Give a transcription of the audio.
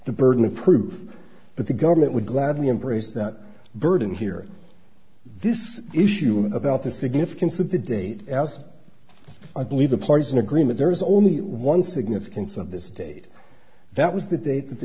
the burden of proof but the government would gladly embrace that burden here this issue about the significance of the date as i believe the parties in agreement there is only one significance of this date that was the date that the